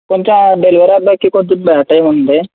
కొంచెం ఆ డెలివరీ అబ్బాయికి కొంచెం మ్యాప్ ఇవ్వండి